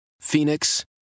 Phoenix